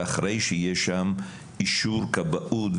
אחראי על כך שיהיה שם אישור כבאות,